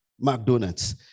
McDonald's